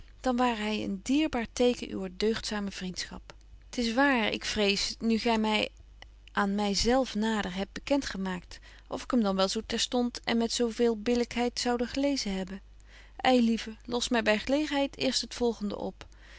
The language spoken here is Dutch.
dan ware hy een dierbaar teken uwer deugdzame vriendschap t is waar ik vrees nu gy my aan my zelf nader hebt bekent gemaakt of ik hem dan wel zo terstond en met zo veele billykheid zoude gelezen hebben ei lieve los my by gelegenheid eens het volgende op